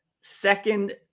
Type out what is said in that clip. second